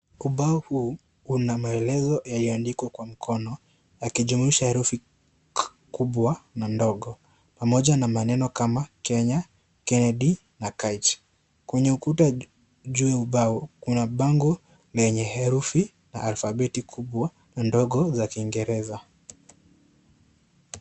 Ubao huu una maelezo yaliyoandikwa kwa mkono yakijumwisha herufi kubwa na ndogo pamoja na maneno kama Kenya Kennedy na kaechi kwenye ukuta juu ya ubao kuna bango lenye herufi na alphabeti kubwa na ndogo za kingereza.